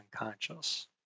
unconscious